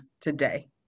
today